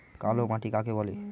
কালো মাটি কাকে বলে?